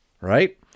right